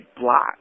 block